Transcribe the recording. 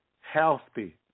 healthy